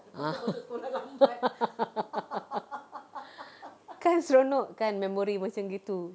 (uh huh) kan seronok kan memory macam gitu